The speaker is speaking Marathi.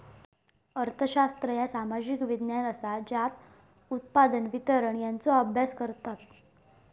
अर्थशास्त्र ह्या सामाजिक विज्ञान असा ज्या उत्पादन, वितरण यांचो अभ्यास करता